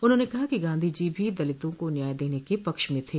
उन्होंने कहा कि गांधीजी भी दलितों को न्याय देने के पक्ष में थे